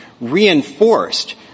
reinforced